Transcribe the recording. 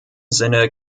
sinne